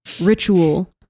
ritual